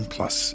Plus